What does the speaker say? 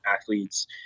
athletes